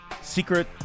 secret